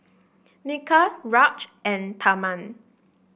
Milkha Raj and Tharman